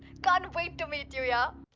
can't wait to meet you. yeah